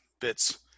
bits